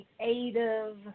creative